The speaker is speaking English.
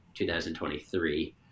2023